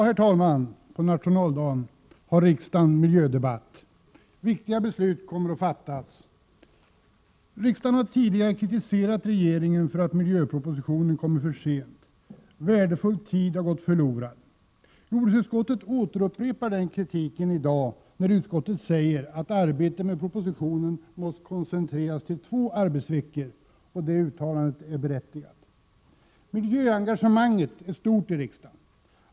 Herr talman! I dag, på nationaldagen, debatterar riksdagen miljöfrågorna. Viktiga beslut kommer att fattas. Riksdagen har tidigare kritiserat regeringen för att miljöpropositionen kommit för sent. Värdefull tid har gått förlorad. Jordbruksutskottet upprepar den kritiken i dag genom att säga att utskottets arbete med propositionen måst koncentreras till två arbetsveckor. Det uttalandet är berättigat. Miljöengagemanget är stort i riksdagen.